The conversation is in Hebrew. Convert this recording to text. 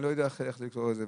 אני לא יודע איך לקרוא לזה.